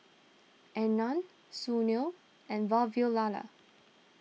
Anand Sunil and Vavilala